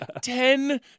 Ten